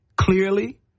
clearly